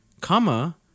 Comma